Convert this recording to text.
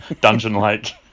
dungeon-like